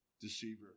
deceiver